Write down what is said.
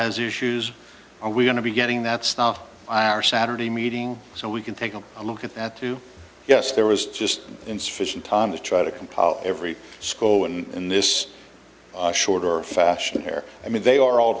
has issues are we going to be getting that stuff on our saturday meeting so we can take a look at that too yes there was just insufficient time to try to compile every school and in this shorter fashion hair i mean they are all